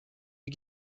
you